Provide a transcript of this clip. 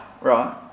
Right